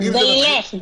זה ילך.